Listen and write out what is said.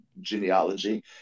genealogy